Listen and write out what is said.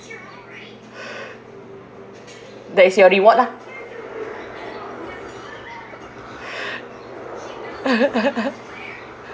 that is your reward lah